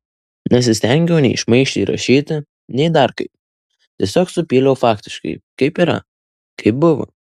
nesistengiau nei šmaikščiai rašyti nei dar kaip tiesiog supyliau faktiškai kaip yra kaip buvo